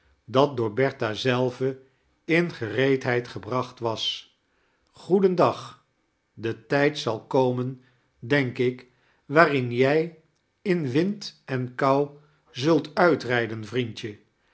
dat door bertha zelve in gereedheid geforacht was goeden dag de tijd zal komen denk ik waarin jij in wind en kou zult uitrijden vriendje